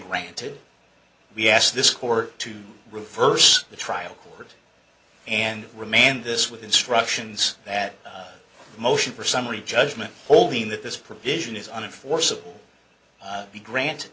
granted we asked this court to reverse the trial court and remand this with instructions that motion for summary judgment holding that this provision is on in force of the grant